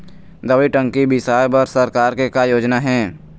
दवई टंकी बिसाए बर सरकार के का योजना हे?